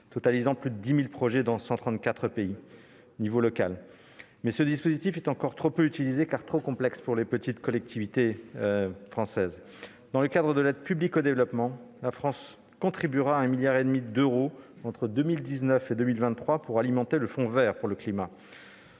total, plus de 10 000 projets sont menés dans 134 pays. Toutefois, ce dispositif est encore trop peu utilisé, car il est trop complexe pour les petites collectivités françaises. Dans le cadre de l'aide publique au développement, la France contribuera à hauteur de 1,5 milliard d'euros entre 2019 et 2023 pour alimenter le Fonds vert pour le climat.